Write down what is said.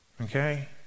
Okay